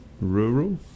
rural